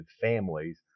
families